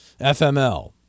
FML